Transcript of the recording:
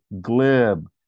glib